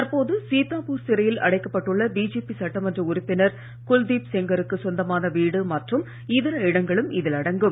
தற்போது சீத்தாபூர் சிறையில் அடைக்கப்பட்டுள்ள பிஜேபி சட்டமன்ற உறுப்பினர் குல்தீப் செங்க ருக்குச் சொந்தமான வீடு மற்றும் இதர இடங்களும் இதில் அடங்கும்